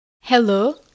Hello